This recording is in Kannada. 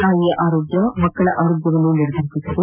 ತಾಯಿಯ ಆರೋಗ್ಗ ಮಕ್ಕಳ ಆರೋಗ್ಗವನ್ನು ನಿರ್ಧರಿಸುತ್ತದೆ